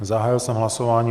Zahájil jsem hlasování.